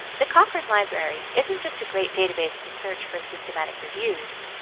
the cochrane library isn't just a great database to search for systematic reviews,